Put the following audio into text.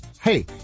Hey